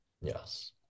Yes